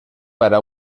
para